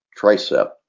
tricep